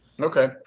Okay